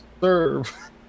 serve